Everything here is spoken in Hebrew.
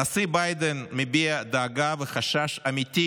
הנשיא ביידן מביע דאגה וחשש אמיתי